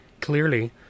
Clearly